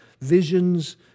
visions